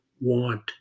want